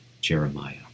Jeremiah